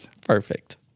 Perfect